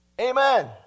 Amen